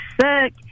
sick